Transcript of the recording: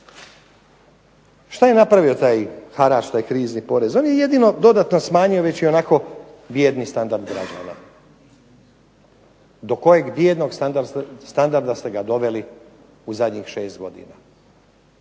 Šta je napravio taj harač, taj krizni porez, on je jedino dodatno smanjio već ionako bijedni standard građana do kojeg bijednog standarda ste ga doveli u zadnjih 6 godina.